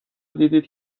دیدید